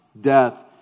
death